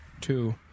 two